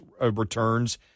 returns